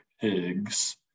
pigs